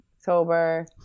October